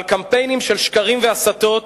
אבל קמפיינים של שקרים והסתות